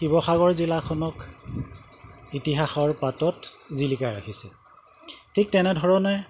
শিৱসাগৰ জিলাখনক ইতিহাসৰ পাতত জিলিকাই ৰাখিছে ঠিক তেনেধৰণে